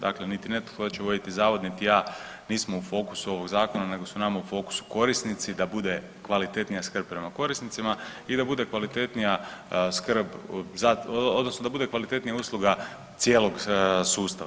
Dakle, niti netko tko će voditi zavod niti ja nismo u fokusu ovog zakona nego su nama u fokusu korisnici da bude kvalitetnija skrb prema korisnicima i da bude kvalitetnija skrb odnosno da bude kvalitetnija usluga cijelog sustava.